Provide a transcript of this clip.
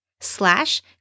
slash